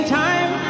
time